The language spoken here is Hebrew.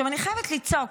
אני חייבת לשאול,